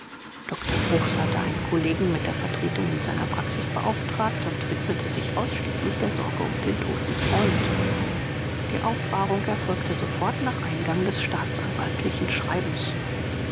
dr bruchs hatte einen kollegen mit der vertretung in seiner praxis beauftragt und widmete sich ausschließlich der sorge um den toten freund die aufbahrung erfolgte sofort nach eingang des staatsanwaltlichen schreibens